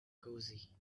cosy